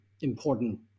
important